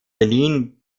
berlin